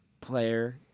player